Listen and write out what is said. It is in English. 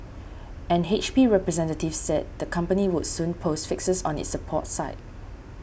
an H P representative said the company would soon post fixes on its support site